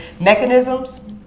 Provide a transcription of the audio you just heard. mechanisms